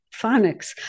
phonics